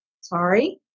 Sorry